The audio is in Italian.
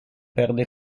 perde